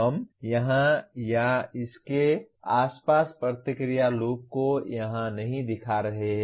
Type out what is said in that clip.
हम यहां या इसके आस पास प्रतिक्रिया लूप को यहां नहीं दिखा रहे हैं